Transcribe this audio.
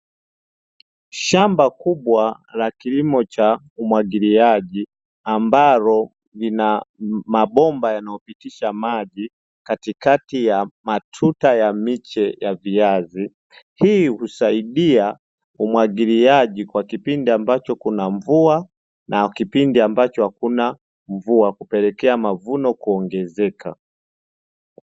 Shamba kubwa la kilimo cha umwagiliaji, ambalo lina mabomba yanayopitisha maji katikati ya matuta ya miche ya viazi. Hii husaidia umwagiliaji kwa kipindi ambacho kuna mvua na kipindi ambacho hakuna mvua, kupelekea mavuno kuongezeka.